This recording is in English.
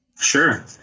Sure